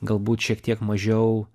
galbūt šiek tiek mažiau